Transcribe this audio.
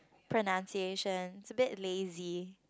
pronunciation it's a bit lazy